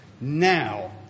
Now